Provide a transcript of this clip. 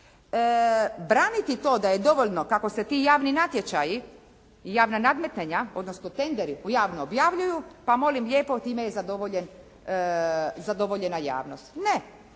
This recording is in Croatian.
Braniti to da je dovoljno kako se ti javni natječaji i javna nadmetanja, odnosno tenderi javno objavljuju, pa molim lijepo time je zadovoljena javnost. Ne,